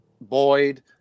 Boyd